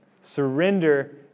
Surrender